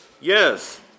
Yes